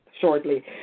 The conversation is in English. shortly